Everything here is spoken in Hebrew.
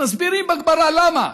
מסבירים בגמרא למה: